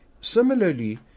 Similarly